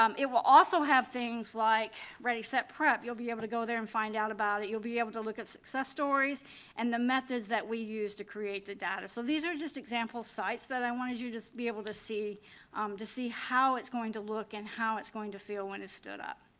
um it will also have things like ready set prep, you'll be able to go there and find out about it, you'll be able to look at success stories and the method that we use to create the data. so these are just example sites that i wanted you to be able to see um to see how it's going to look and how it's going to feel when it's stood up.